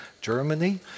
Germany